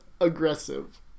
aggressive